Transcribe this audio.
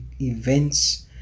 events